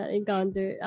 encounter